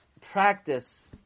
practice